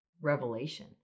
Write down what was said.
revelation